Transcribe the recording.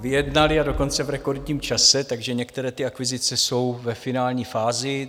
Vyjednali, a dokonce v rekordním čase, takže některé ty akvizice jsou ve finální fázi.